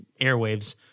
airwaves